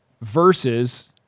Versus